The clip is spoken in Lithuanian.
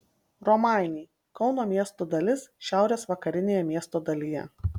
romainiai kauno miesto dalis šiaurės vakarinėje miesto dalyje